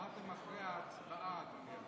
אמרת אחרי ההצבעה, אדוני.